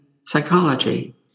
psychology